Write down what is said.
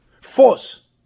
Force